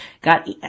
got